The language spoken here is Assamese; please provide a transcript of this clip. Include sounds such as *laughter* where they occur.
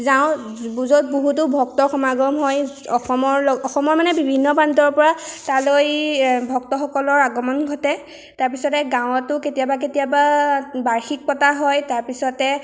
যাওঁ *unintelligible* য'ত বহুতো ভক্তৰ সমাগম হয় অসমৰ লগ অসমৰ মানে বিভিন্ন প্ৰান্তৰ পৰা তালৈ ভক্তসকলৰ আগমন ঘটে তাৰপিছতে গাঁৱতো কেতিয়াবা কেতিয়াবা বাৰ্ষিক পতা হয় তাৰপিছতে